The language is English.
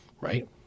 Right